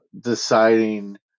deciding